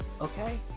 Okay